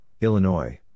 Illinois